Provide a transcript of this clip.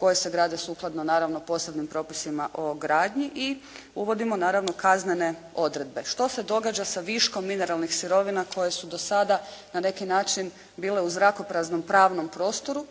koje se grade sukladno naravno posebnim propisima o gradnji i uvodimo naravno kaznene odredbe. Što se događa sa viškom mineralnih sirovina koje su do sada na neki način bile u zrakopraznom pravnom prostoru?